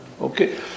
okay